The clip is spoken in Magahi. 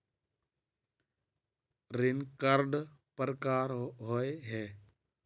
ऋण कई प्रकार होए है?